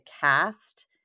cast